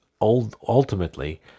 ultimately